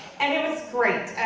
and it was great,